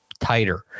tighter